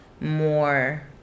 more